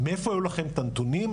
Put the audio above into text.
מאיפה היו לכם את הנתונים,